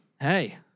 Hey